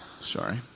Sorry